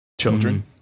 children